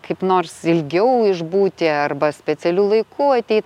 kaip nors ilgiau išbūti arba specialiu laiku ateit